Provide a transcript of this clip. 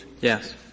Yes